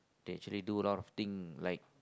they actually do a lot of thing like